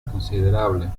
considerable